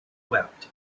wept